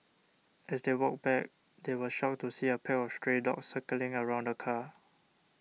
as they walked back they were shocked to see a pack of stray dogs circling around the car